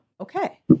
okay